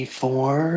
four